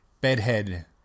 bedhead